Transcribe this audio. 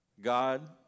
God